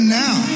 now